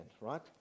right